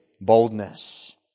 boldness